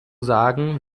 sagen